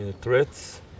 threats